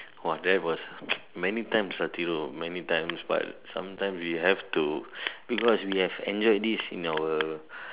!wah! there was many times ah Thiru many times but sometime we have to because we have enjoyed this in your